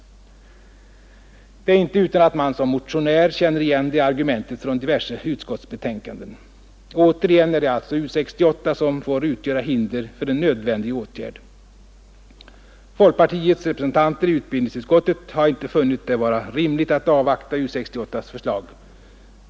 Det är inte utan att man som motionär känner igen det argumentet från diverse utskottsbetänkanden. Ännu en gång är det alltså U 68 som får utgöra hinder för en nödvändig åtgärd. Folkpartiets representanter i utbildningsutskottet har inte funnit det vara rimligt att avvakta U 68:s förslag.